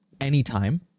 anytime